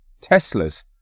Teslas